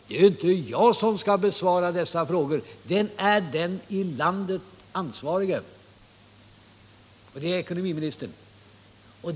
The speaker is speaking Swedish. Det är inte jag som skall besvara dessa frågor, utan det är den i landet ansvarige ekonomiministern.